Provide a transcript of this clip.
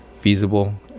feasible